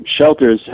shelters